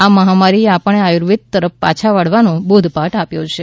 આ મહામારીએ આપણને આયુર્વેદ તરફ પાછા વળવાનો બોધપાઠ આપ્યો છે